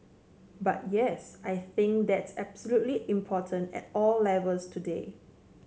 but yes I think that's absolutely important at all levels today